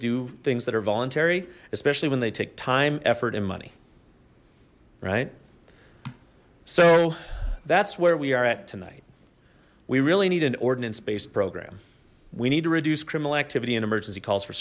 do things that are voluntary especially when they take time effort in right so that's where we are at tonight we really need an ordinance based program we need to reduce criminal activity and emergency calls for